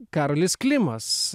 karolis klimas